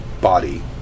body